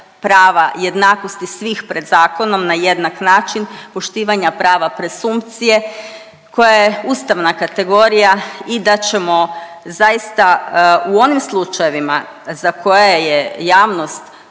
prava jednakosti svih pred zakonom na jednak način, poštivanja prava presumpcije koja je ustavna kategorija i da ćemo zaista u onim slučajevima za koje je javnost